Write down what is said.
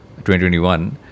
2021